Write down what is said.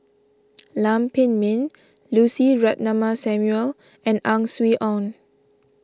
Lam Pin Min Lucy Ratnammah Samuel and Ang Swee Aun